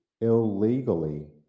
illegally